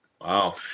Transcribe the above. Wow